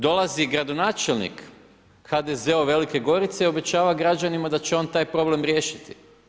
Dolazi gradonačelnik HDZ-ov Velike Gorice i obećava građanima da će on taj problem riješiti.